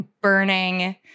burning